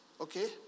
Okay